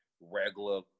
regular